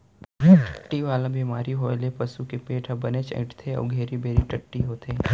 टट्टी वाला बेमारी होए ले पसू के पेट हर बनेच अइंठथे अउ घेरी बेरी टट्टी होथे